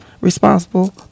responsible